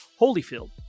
Holyfield